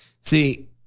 See